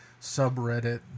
subreddit